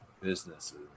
businesses